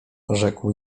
rzekł